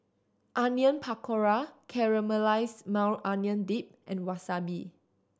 Onion Pakora Caramelized Maui Onion Dip and Wasabi